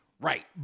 Right